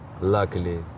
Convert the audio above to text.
Luckily